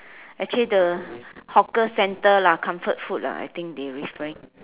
actually the hawker center lah comfort food lah I think they referring